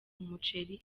umuceri